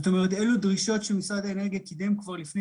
אלה דרישות שמשרד האנרגיה קידם כבר לפני